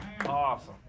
awesome